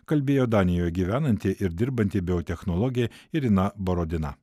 kalbėjo danijoje gyvenanti ir dirbanti biotechnologė irina borodina